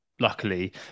luckily